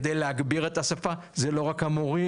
כדי להגביר את השפה זה לא רק המורים.